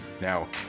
Now